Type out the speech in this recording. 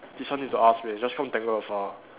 this one need to ask meh just